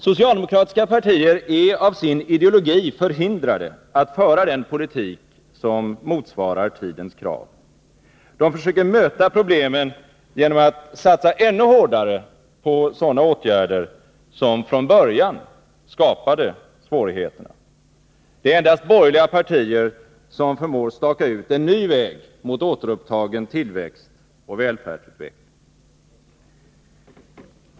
Socialdemokratiska partier är av sin ideologi förhindrade att föra den politik som motsvarar tidens krav. De försöker möta problemen genom att satsa ännu hårdare på sådana åtgärder som från början skapade svårigheterna. Det är endast borgerliga partier som förmår staka ut en ny väg mot återupptagen tillväxt och välfärdsutveckling.